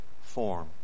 form